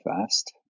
fast